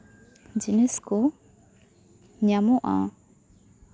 ᱡᱤᱱᱤᱥ ᱠᱚ ᱧᱟᱢᱚᱜᱼᱟ